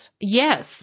Yes